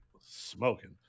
smoking